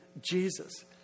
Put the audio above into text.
Jesus